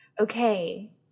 Okay